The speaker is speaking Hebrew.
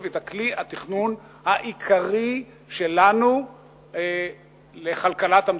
את כלי התכנון העיקרי שלנו לכלכלת המדינה.